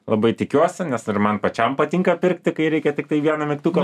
labai tikiuosi nes ir man pačiam patinka pirkti kai reikia tiktai vieną mygtuką